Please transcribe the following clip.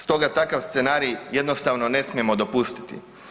Stoga takav scenarij jednostavno ne smijemo dopustiti.